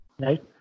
right